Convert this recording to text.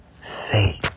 Say